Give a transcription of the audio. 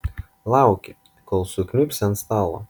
lauki kol sukniubsi ant stalo